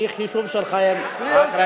אז לפי החישוב שלך, בעזרת השם.